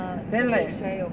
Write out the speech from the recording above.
then like